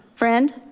friend.